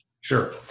Sure